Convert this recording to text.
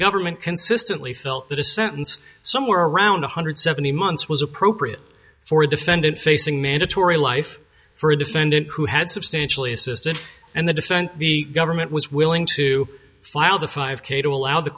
government consistently felt that a sentence somewhere around one hundred seventy months was appropriate for a defendant facing mandatory life for a defendant who had substantial assistance and the defense the government was willing to file the five k to allow the